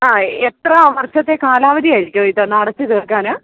ആ എത്ര വര്ഷത്തെ കാലാവധിയായിരിക്കും ഇതൊന്നടച്ചു തീര്ക്കാന്